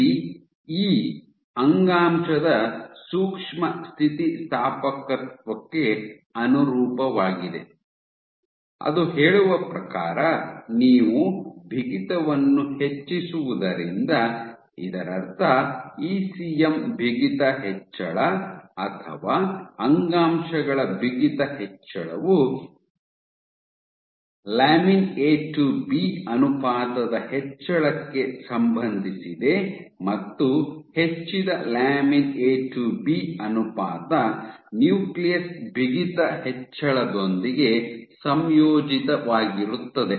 ಇಲ್ಲಿ ಇ ಅಂಗಾಂಶದ ಸೂಕ್ಷ್ಮ ಸ್ಥಿತಿಸ್ಥಾಪಕತ್ವಕ್ಕೆ ಅನುರೂಪವಾಗಿದೆ ಅದು ಹೇಳುವ ಪ್ರಕಾರ ನೀವು ಬಿಗಿತವನ್ನು ಹೆಚ್ಚಿಸುವುದರಿಂದ ಇದರರ್ಥ ಇಸಿಎಂ ಬಿಗಿತ ಹೆಚ್ಚಳ ಅಥವಾ ಅಂಗಾಂಶಗಳ ಬಿಗಿತ ಹೆಚ್ಚಳವು ಲ್ಯಾಮಿನ್ ಎ ಟು ಬಿ ಅನುಪಾತದ ಹೆಚ್ಚಳಕ್ಕೆ ಸಂಬಂಧಿಸಿದೆ ಮತ್ತು ಹೆಚ್ಚಿದ ಲ್ಯಾಮಿನ್ ಎ ಟು ಬಿ ಅನುಪಾತ ನ್ಯೂಕ್ಲಿಯಸ್ ಬಿಗಿತ ಹೆಚ್ಚಳದೊಂದಿಗೆ ಸಂಯೋಜಿತ ವಾಗಿರುತ್ತದೆ